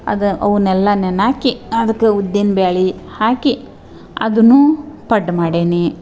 ಅದು ಅವನ್ನೆಲ್ಲ ನೆನೆ ಹಾಕಿ ಅದಕ್ಕೆ ಉದ್ದಿನ ಬೇಳೆ ಹಾಕಿ ಅದನ್ನೂ ಪಡ್ಡು ಮಾಡೇನಿ